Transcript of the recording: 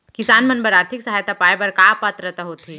किसान मन बर आर्थिक सहायता पाय बर का पात्रता होथे?